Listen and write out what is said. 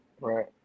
Right